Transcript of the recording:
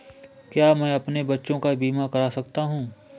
क्या मैं अपने बच्चों का बीमा करा सकता हूँ?